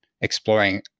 exploring